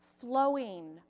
flowing